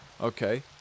okay